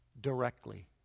directly